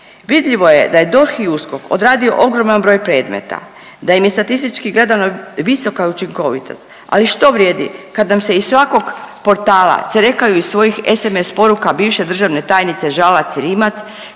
Vidljivo je da je DORH i USKOK odradio ogroman broj predmeta, da im je statistički gledano visoka učinkovitost, ali što vrijedi kad nam se iz svakog portala cerekaju iz svojih SMS poruka bivše državne tajnice Žalac i Rimac,